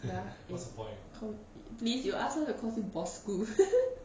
ya eh call please you ask her want to call you bossku